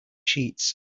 sheets